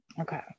Okay